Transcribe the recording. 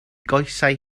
goesau